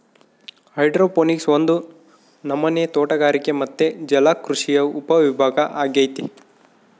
hydroponics ಒಂದು ನಮನೆ ತೋಟಗಾರಿಕೆ ಮತ್ತೆ ಜಲಕೃಷಿಯ ಉಪವಿಭಾಗ ಅಗೈತೆ